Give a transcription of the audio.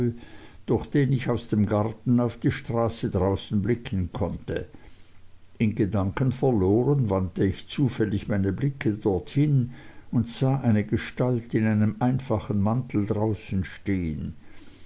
durch den ich aus dem garten auf die straße draußen blicken konnte in gedanken verloren wandte ich zufällig meine blicke dorthin und sah eine gestalt in einem einfachen mantel draußen stehen